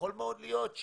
יכול מאוד להיות,